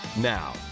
Now